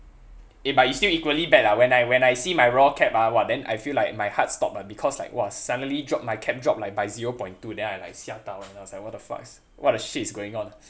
eh but it's still equally bad ah when I when I see my raw CAP ah !wah! then I feel like my heart stop ah because like !wah! suddenly drop my CAP drop like by zero point two then I like 吓到 then I was like what the fuck is what the shit is going on